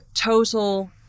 total